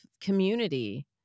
community